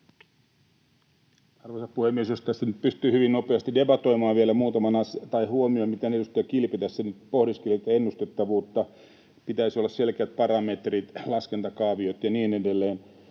Arvoisa puhemies! Jos tässä nyt pystyy hyvin nopeasti debatoimaan vielä muutaman huomion siitä, mitä edustaja Kilpi tässä pohdiskeli tästä ennustettavuudesta, että pitäisi olla selkeät parametrit, laskentakaaviot ja niin edelleen: